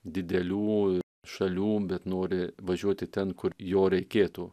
didelių šalių bet nori važiuoti ten kur jo reikėtų